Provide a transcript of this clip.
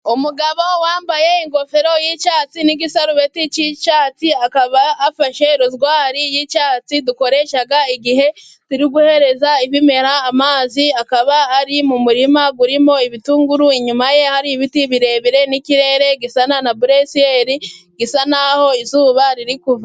Umugabo wambaye ingofero y'icyatsi, n'igisarubeti y'icyatsi, akaba afashe rozwari y'icyatsi, dukoresha igihe duha ibimera amazi, akaba ari mu murima urimo ibitunguru, inyuma ye hari ibiti birebire, n'ikirere gisa na bulesiyeri gisa n'aho izuba riri kuva.